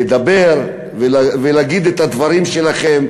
לדבר ולהגיד את הדברים שלכם,